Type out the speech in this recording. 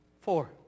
Four